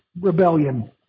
rebellion